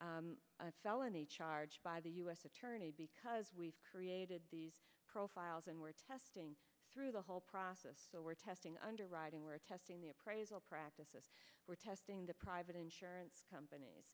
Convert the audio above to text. of a felony charge by the u s attorney because we've created profiles and we're testing through the whole process we're testing underwriting we're testing the appraisal practices we're testing the private insurance companies